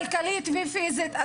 כלכלית ופיזית,